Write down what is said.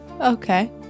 Okay